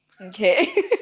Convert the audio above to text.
Okay